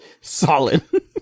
Solid